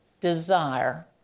desire